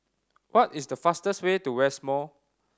what is the fastest way to West Mall